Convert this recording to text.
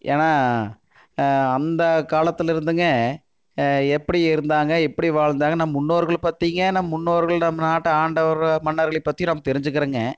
ஏன்னால் அந்தக் காலத்தில் இருந்துங்க எப்படி இருந்தாங்க எப்படி வாழ்ந்தாங்க நம் முன்னோர்கள் பற்றியுங்க நம் முன்னோர்கள் நம் நாட்டை ஆண்டவர் மன்னர்களை பற்றியும் நம்ம தெரிஞ்சிக்கிறோங்க